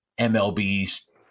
MLB's